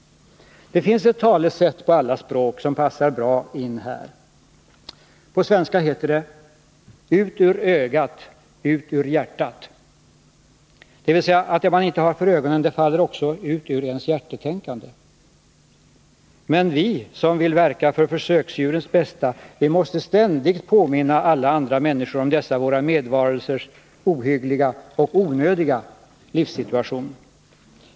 Det finns ett talesätt på alla språk som passar bra in här. På svenska heter det: Ut ur ögat — ut ur hjärtat! Det innebär att det man inte har för ögonen också faller ut ur ens hjärtetänkande. Vi som vill verka för försöksdjurens bästa måste därför ständigt påminna alla andra människor om dessa våra medvarelsers ohyggliga och onödiga livssituation.